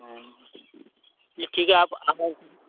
हाँ जी ठीक है आप आडर करिए